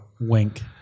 Wink